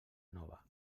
nova